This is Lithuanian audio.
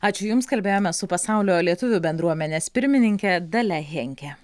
ačiū jums kalbėjome su pasaulio lietuvių bendruomenės pirmininke dalia henke